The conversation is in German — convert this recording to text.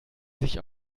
sich